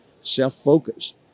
self-focused